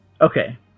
Okay